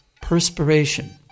perspiration